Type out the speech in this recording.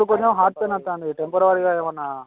ఇప్పుడు కొంచెం heart pain వస్తోంది టెంపరీగా ఏవైనా